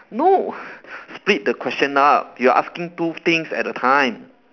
no split the question up you are asking two things at a time